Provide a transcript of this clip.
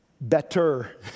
better